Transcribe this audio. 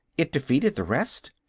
it defeated the rest?